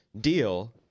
deal